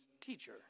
teacher